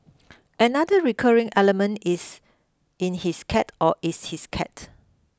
another recurring element is in his cat or is his cat